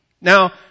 Now